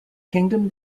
kingdom